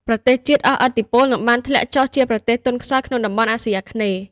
ប្រទេសជាតិអស់ឥទ្ធិពល និងបានធ្លាក់ចុះជាប្រទេសទន់ខ្សោយក្នុងតំបន់អាស៊ីអាគ្នេយ៍។